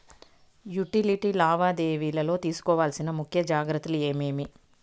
Utility లావాదేవీల లో తీసుకోవాల్సిన ముఖ్య జాగ్రత్తలు ఏమేమి?